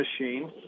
machine